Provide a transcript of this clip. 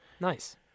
Nice